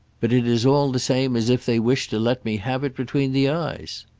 but it is all the same as if they wished to let me have it between the eyes.